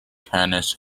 tennis